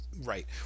Right